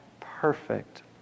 perfect